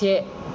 से